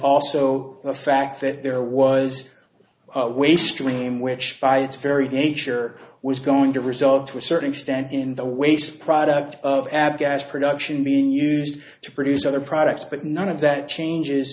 also the fact that there was a way stream which by its very nature was going to result to a certain extent in the waste product of ab gas production being used to produce other products but none of that changes